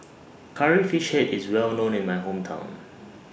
Curry Fish Head IS Well known in My Hometown